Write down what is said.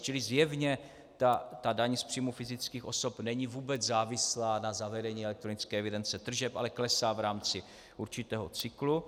Čili zjevně daň z příjmů fyzických osob není vůbec závislá na zavedení elektronické evidence tržeb, ale klesá v rámci určitého cyklu.